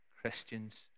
Christians